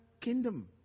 kingdom